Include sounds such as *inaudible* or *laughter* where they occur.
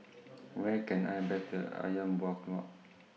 *noise* Where Can I Better Ayam Buah Keluak